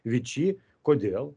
vičy kodėl